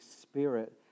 Spirit